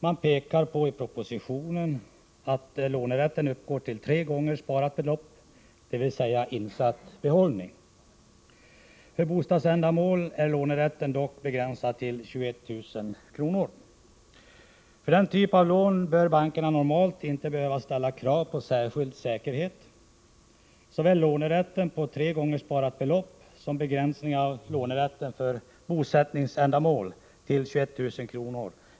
I propositionen pekar man på att lånerätten uppgår till tre gånger sparat belopp, dvs. insatt behållning. För bosättningsändamål är lånerätten dock begränsad till 21 000 kr. För den typen av lån behöver bankerna normalt inte ställa krav på särskild säkerhet. Såväl rätten att låna tre gånger sparat belopp som begränsningen av lånerätten för bosättningsändamål till 21 000 kr.